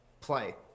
Play